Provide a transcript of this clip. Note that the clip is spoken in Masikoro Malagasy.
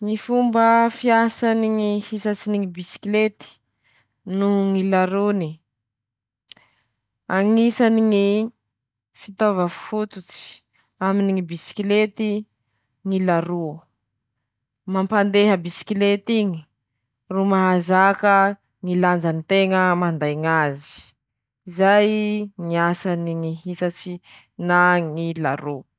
Reto aby ñy karazany ñ'akanjo fandesy milomaño noho ñy fomba fampiasa ñ'azy: -Misy ñ'akanjo andesy milaño<ptoa>, ampiasa aminy ñy rano masy; -Misy ñy mbiginy, ampiasa aminy ñy tora-pasike noho ñy dobo; -Misy ñy simisuitirepaka ampiasa aminy ñy dobo no aminy ñy rano masy.